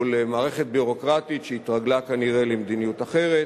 גם למערכת ביורוקרטית שהתרגלה כנראה למדיניות אחרת.